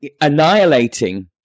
annihilating